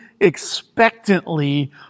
expectantly